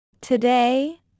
Today